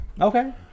Okay